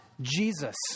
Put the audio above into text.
Jesus